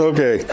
Okay